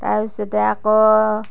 তাৰপিছতে আকৌ